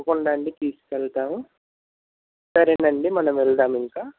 తప్పకుండా అండి తీసుకు వెళతాము సరేనండి మనం వెళ్దాము ఇంక